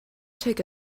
take